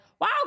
Wow